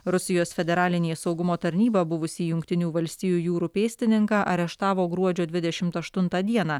rusijos federalinė saugumo tarnyba buvusį jungtinių valstijų jūrų pėstininką areštavo gruodžio dvidešimt aštuntą dieną